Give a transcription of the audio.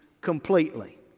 completely